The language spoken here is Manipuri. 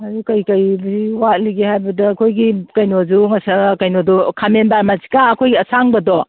ꯑꯗꯨ ꯀꯔꯤ ꯀꯔꯤꯗꯤ ꯋꯥꯠꯂꯤꯒꯦ ꯍꯥꯏꯕꯗ ꯑꯩꯈꯣꯏꯒꯤ ꯀꯩꯅꯣꯁꯨ ꯀꯩꯅꯣꯗꯣ ꯈꯥꯃꯦꯟ ꯕꯥꯔꯃꯥꯁꯤꯀꯥ ꯑꯩꯈꯣꯏ ꯑꯁꯥꯡꯕꯗꯣ